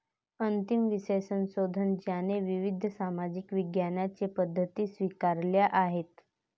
अंतिम विषय संशोधन ज्याने विविध सामाजिक विज्ञानांच्या पद्धती स्वीकारल्या आहेत